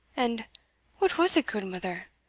and what was it, gudemither?